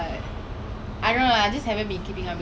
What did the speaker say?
like she does it so confidently know